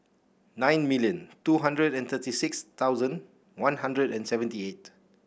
nine million two hundred and thirty six thousand One Hundred and seventy eight